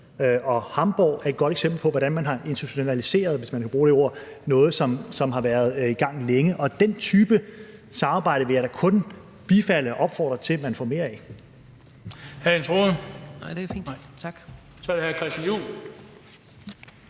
og Hamburg er et godt eksempel på, hvordan man har institutionaliseret, hvis man kan bruge det ord, noget, som har været i gang længe. Og den type samarbejde vil jeg da kun bifalde og opfordre til at man får mere af.